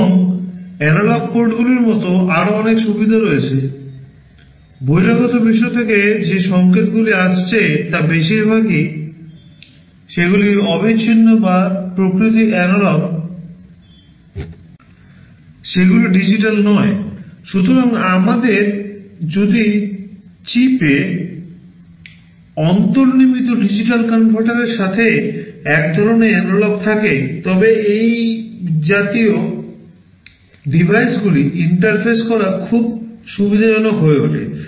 এবং এনালগ পোর্টগুলির সাথে এক ধরণের অ্যানালগ থাকে তবে এই জাতীয় ডিভাইসগুলি ইন্টারফেস করা খুব সুবিধাজনক হয়ে ওঠে